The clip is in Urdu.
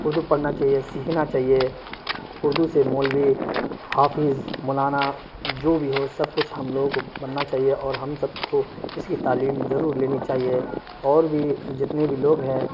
اردو پڑھنا چاہیے سیکھنا چاہیے اردو سے مولوی حافظ مولانا جو بھی ہو سب کچھ ہم لوگوں کو بننا چاہیے اور ہم سب کو اس کی تعلیم ضرور لینی چاہیے اور بھی جتنے بھی لوگ ہیں